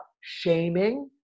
shaming